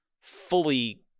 fully